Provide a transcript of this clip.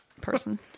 person